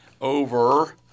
over –